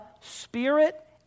spirit